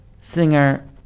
singer